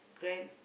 grand